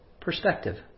perspective